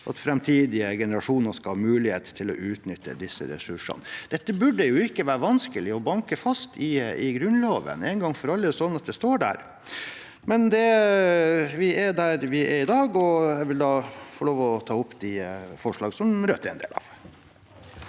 at framtidige generasjoner skal ha mulighet til å utnytte disse ressursene. Dette burde ikke være vanskelig å banke fast i Grunnloven én gang for alle, sånn at det står der. Men vi er der vi er i dag, og jeg vil da bare anbefale det forslaget som Rødt er en del av.